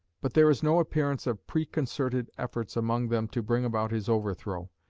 but there is no appearance of preconcerted efforts among them to bring about his overthrow.